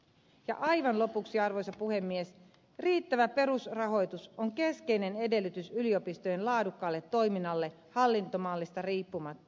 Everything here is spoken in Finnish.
ja aivan lopuksi arvoisa puhemies riittävä perusrahoitus on keskeinen edellytys yliopistojen laadukkaalle toiminnalle hallintomallista riippumatta